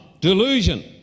delusion